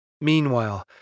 Meanwhile